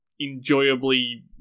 enjoyably